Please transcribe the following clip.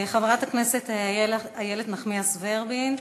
חברת הכנסת איילת נחמיאס ורבין,